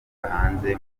hanze